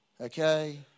okay